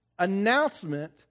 announcement